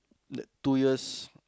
that two years